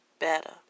better